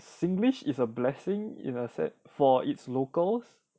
singlish is a blessing in a sense for its locals